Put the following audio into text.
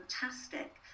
fantastic